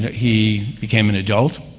he became an adult,